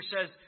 says